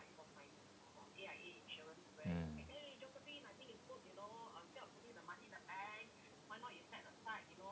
mm